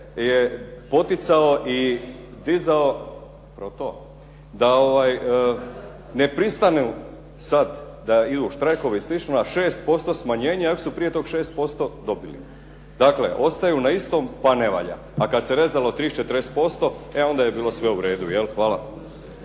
se ne razumije./… da ne pristanu sad da idu štrajkovi i slično, na 6% smanjenja jer su prije tog 6% dobili. Dakle, ostaju na istom pa ne valja, a kad se rezalo 30, 40% e onda je bilo sve u redu, jel'.